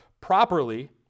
properly